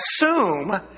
assume